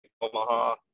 Omaha